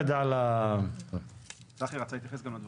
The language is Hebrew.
יש להניח שיש פרויקט ייחודי או פרטי או דבר